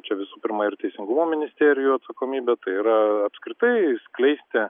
čia visų pirma ir teisingumo ministerijų atsakomybė tai yra apskritai skleisti